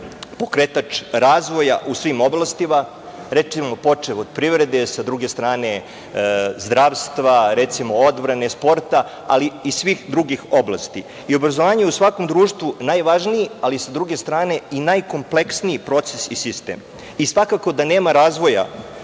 pokretač razvoja u svim oblastima, recimo počev od privrede, sa druge strane zdravstva, recimo odbrane, sporta, ali i svih drugih oblasti. Obrazovanje u svakom društvu je najvažniji, ali sa druge strane i najkompleksniji proces i sistem. Svakako da nema razvoja